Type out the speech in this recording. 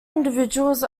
individuals